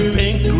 pink